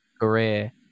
career